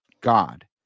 god